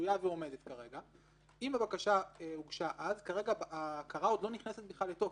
רלוונטית פה.